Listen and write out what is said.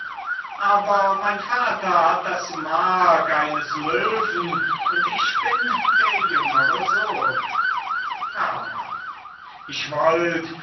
aber mein vater hat das mark eines löwen und ich bin der jüngere sohn herrmann ich wollt